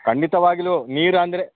ಖಂಡಿತವಾಗಿಲೂ ನೀರು ಅಂದರೆ